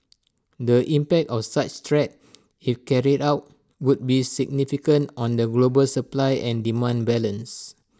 the impact of such threat if carried out would be significant on the global supply and demand balance